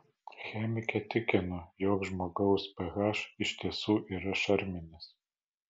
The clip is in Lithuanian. chemikė tikino jog žmogaus ph iš tiesų yra šarminis